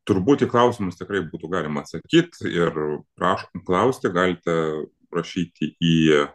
turbūt į klausimus tikrai būtų galima atsakyt ir prašom klausti galite rašyti į